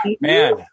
man